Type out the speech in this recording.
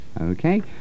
Okay